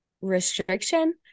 restriction